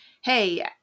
hey